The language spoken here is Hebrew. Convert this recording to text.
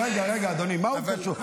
שר המשפטים, רגע, אדוני, מה הוא קשור?